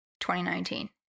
2019